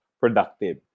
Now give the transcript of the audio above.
productive